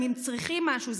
אם הם צריכים משהו.